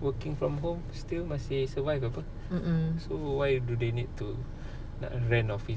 mm mm